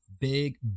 big